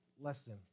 lesson